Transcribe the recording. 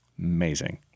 Amazing